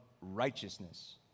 righteousness